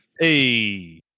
Hey